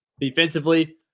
Defensively